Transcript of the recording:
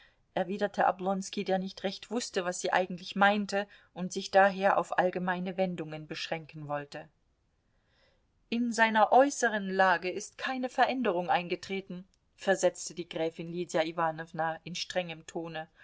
erwiderte oblonski der nicht recht wußte was sie eigentlich meinte und sich daher auf allgemeine wendungen beschränken wollte in seiner äußeren lage ist keine veränderung eingetreten versetzte die gräfin lydia iwanowna in strengem tone